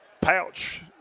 pouch